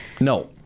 No